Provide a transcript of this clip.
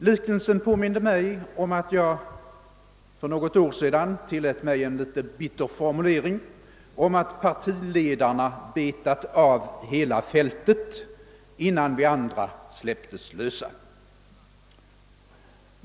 Liknelsen påminde mig om att jag för något år sedan tillät mig en litet bitter formulering om att partiledarna betat av hela fältet innan vi andra släpps lösa.